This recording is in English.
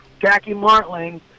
JackieMartling